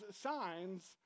signs